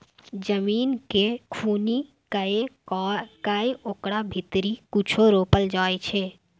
जमीन केँ खुनि कए कय ओकरा भीतरी कुछो रोपल जाइ छै